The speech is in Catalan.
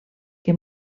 que